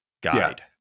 guide